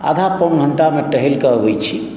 आधा पौन घण्टामे टहलि कऽ अबै छी